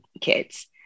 kids